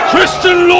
Christian